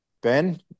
Ben